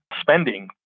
spending